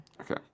Okay